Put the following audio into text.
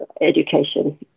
education